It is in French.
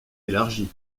élargi